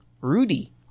Rudy